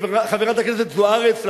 חברת הכנסת זוארץ,